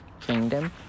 kingdom